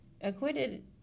acquitted